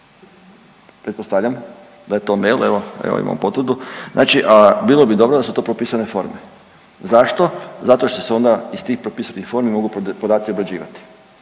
pretpostavljam da je to mail, evo, evo imam potvrdu. Znači bilo bi dobro da su to propisane forme. Zašto? Zato što se onda iz tih propisnih formi mogu podaci obrađivati.